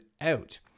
out